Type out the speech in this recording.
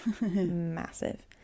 massive